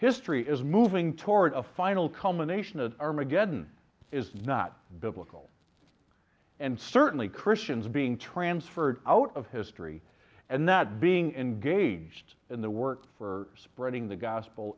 history is moving toward a final culmination of armageddon is not biblical and certainly christians being transferred out of history and that being engaged in the work for spreading the gospel